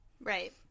right